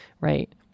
right